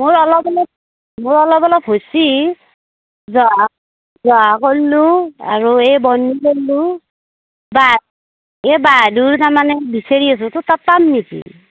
মোৰ অলপ অলপ মোৰ অলপ অলপ হৈছে জহা জহা কৰিলোঁ আৰু এই বন্নি কৰিলোঁ বাহা এই বাহাদুৰ তাৰমানে বিচাৰি আছোঁ তোৰ তাত পাম নেকি